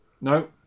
No